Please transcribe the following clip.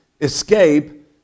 escape